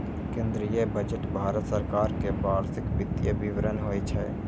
केंद्रीय बजट भारत सरकार के वार्षिक वित्तीय विवरण होइ छै